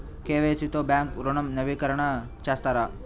KYC తో bank ఋణం నవీకరణ చేస్తారా?